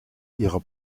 ihrer